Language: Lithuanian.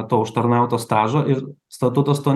to užtarnauto stažo ir statutas to